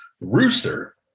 Rooster